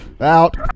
Out